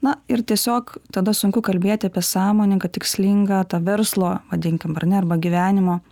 na ir tiesiog tada sunku kalbėti apie sąmoningą tikslingą tą verslo vadinkim ar ne arba gyvenimo